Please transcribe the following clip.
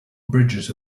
bridges